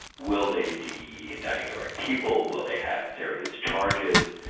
will they be indicting the right people, will they have serious charges,